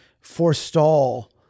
forestall